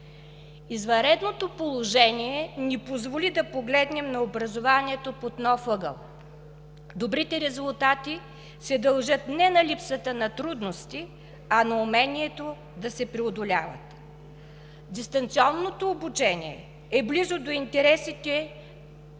Извънредното положение ни позволи да погледнем на образованието под нов ъгъл. Добрите резултати се дължат не на липсата на трудности, а на умението да се преодоляват. Дистанционното обучение е близо до интересите